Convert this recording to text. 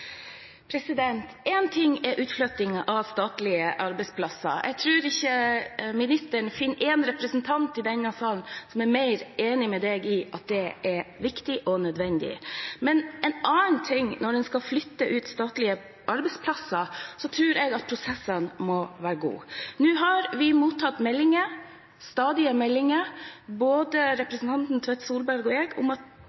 ting er utflytting av statlige arbeidsplasser. Jeg tror ikke ministeren finner én representant i denne salen som er mer enig med ham enn jeg i at det er viktig og nødvendig. En annen ting er at når en skal flytte ut statlige arbeidsplasser, må prosessene være gode. Nå har vi mottatt meldinger, stadige meldinger, både